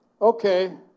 Okay